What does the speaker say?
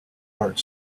heart